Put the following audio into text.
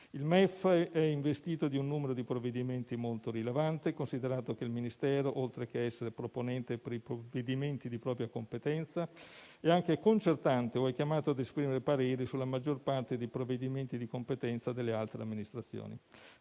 Il MEF è investito di un numero di provvedimenti molto rilevante, considerato che il Ministero, oltre che essere proponente per i provvedimenti di propria competenza, è anche concertante o è chiamato ad esprimere pareri sulla maggior parte dei provvedimenti di competenza delle altre amministrazioni.